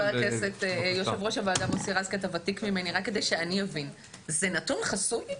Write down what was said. חבר הכנסת יושב-ראש הוועדה מוסי רז שאתה ותיק ממני זה נתון חסום לי?